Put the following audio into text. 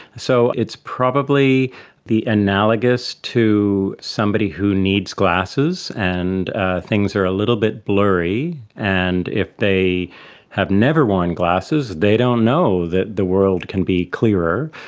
so it's probably the analogous to somebody who needs glasses and things are a little bit blurry, and if they have never worn glasses they don't know that the world can be clearer.